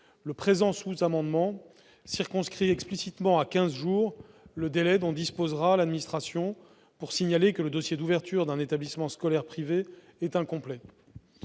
le présent sous-amendement vise à circonscrire explicitement à quinze jours le délai dont disposera l'administration pour signaler que le dossier d'ouverture d'un établissement scolaire privé est incomplet.